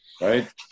Right